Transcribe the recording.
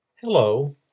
Hello